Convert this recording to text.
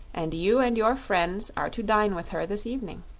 and you and your friends are to dine with her this evening.